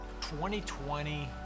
2020